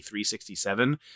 367